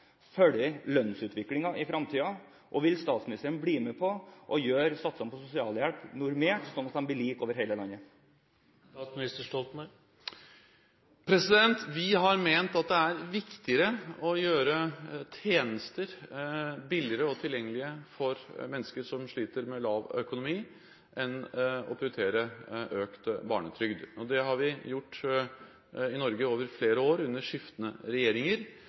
følger lønnsutviklingen i fremtiden, og vil statsministeren bli med på å gjøre satsene på sosialhjelp normert, sånn at de blir like over hele landet? Vi har ment at det er viktigere å gjøre tjenester billigere og tilgjengelige for mennesker som sliter med lav økonomi, enn å prioritere økt barnetrygd. Det har vi gjort i Norge over flere år, under skiftende regjeringer,